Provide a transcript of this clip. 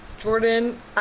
jordan